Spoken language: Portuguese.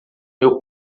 meu